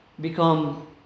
become